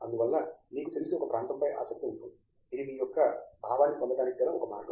అందువల్ల మీకు తెలిసి ఒక ప్రాంతం పై ఆసక్తి ఉంటుంది ఇది మీ యొక్క భావాన్ని పొందటానికి గల ఒక మార్గం